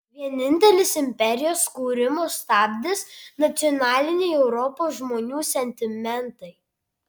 vienintelis imperijos kūrimo stabdis nacionaliniai europos žmonių sentimentai